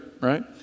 right